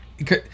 Okay